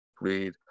read